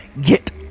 get